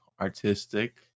artistic